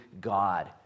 God